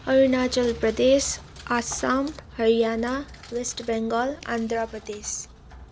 Arunachal Pradesh Assam Haryana west Bengal Andhra Pradesh